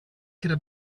could